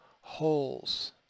holes